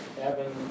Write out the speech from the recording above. Evan